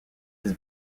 his